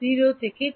ছাত্র ০ থেকে টি